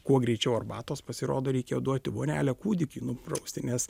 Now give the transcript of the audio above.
kuo greičiau arbatos pasirodo reikėjo duoti vonelę kūdikiui nuprausti nes